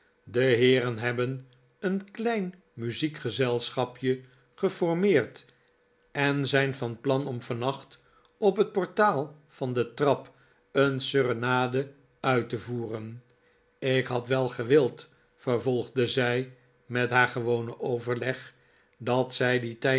de heeren hebben een klein muziekgezelschapje geformeerd en zijn van plan om vannacht op het portaal van de trap een serenade uit te voeren ik had wel gewild vervolgde zij met haar gewone overleg dat zij dien tijd